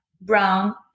brown